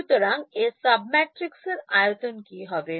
সুতরাং এর সাবম্যাট্রিক্সের আয়তন কি হবে